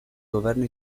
governo